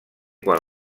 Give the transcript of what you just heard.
quan